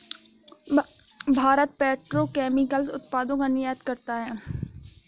Bharat petrochemicals उत्पादों का निर्यात करता है